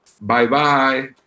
bye-bye